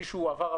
הוא בעל ניסיון,